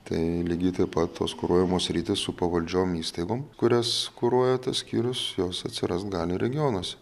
tai lygiai taip pat tos kuruojamos sritys su pavaldžiom įstaigom kurias kuruoja tas skyrius jos atsirast gali regionuose